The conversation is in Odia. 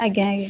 ଆଜ୍ଞା ଆଜ୍ଞା